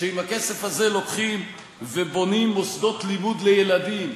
שבכסף הזה לוקחים ובונים מוסדות לימוד לילדים